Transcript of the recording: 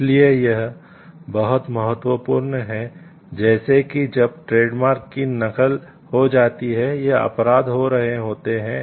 इसलिए यह बहुत महत्वपूर्ण है जैसे कि जब ट्रेडमार्क की नकल हो जाती है या अपराध हो रहे होते हैं